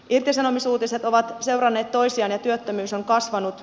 irtisanomisuutiset ovat seuranneet toisiaan ja työttömyys on kasvanut